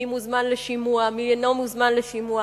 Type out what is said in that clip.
מי מוזמן לשימוע ומי אינו מוזמן לשימוע.